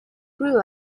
grew